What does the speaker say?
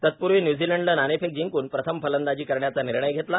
तत्पूर्वी न्यूझीलंडनं नाणेफेक जिंकून प्रथम फलंदाजी करण्याचा निर्णय घेतला